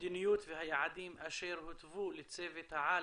המדיניות והיעדים אשר הותוו לצוות-העל